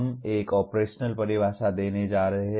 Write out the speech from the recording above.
हम एक ऑपरेशनल परिभाषा देने जा रहे हैं